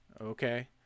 Okay